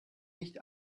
nicht